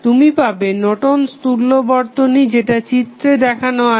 তুমি পাবে নর্টন'স তুল্য Nortons equivalent বর্তনী যেটা চিত্রে দেখানো আছে